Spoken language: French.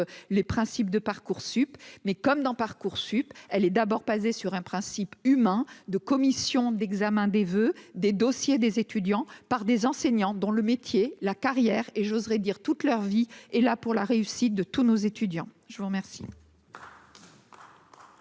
les principes de Parcoursup mais, comme dans Parcoursup, elle est d'abord passé sur un principe humain de commission d'examen des voeux des dossiers des étudiants par des enseignants dans le métier, la carrière et j'oserais dire toute leur vie et là pour la réussite de tous nos étudiants je vous remercie.